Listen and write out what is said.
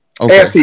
Okay